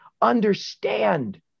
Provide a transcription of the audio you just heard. understand